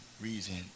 reason